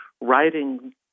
writing